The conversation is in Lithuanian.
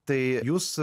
tai jūs